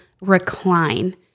recline